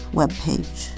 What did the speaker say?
webpage